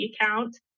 account